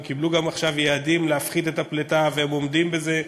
הם גם קיבלו עכשיו יעדים להפחית את הפליטה והם עומדים בזה.